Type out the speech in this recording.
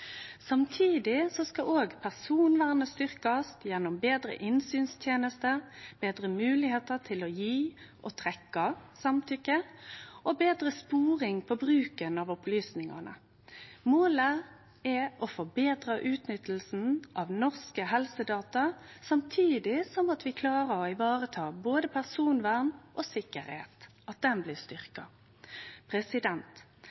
Samtidig skal òg personvernet styrkjast gjennom betre innsynsteneste, betre moglegheiter til å gi og trekkje samtykke og betre sporing av bruken av opplysningane. Målet er å forbetre utnyttinga av norske helsedata samtidig som vi klarer å vareta både personvern og sikkerheit, at ho blir